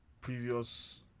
previous